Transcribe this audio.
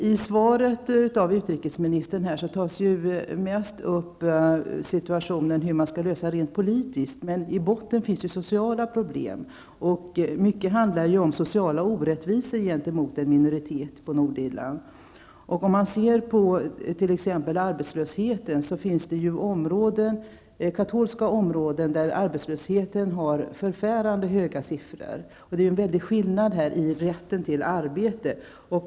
I svaret tar utrikesministern mest upp hur man skall lösa situationen rent politiskt. I botten finns dock sociala problem, och mycket handlar om sociala orättvisor gentemot en minoritet på Nordirland. Arbetslösheten har t.ex. förfärande höga siffror inom katolska områden. Det finns en stor skillnad när det gäller rätten till arbete.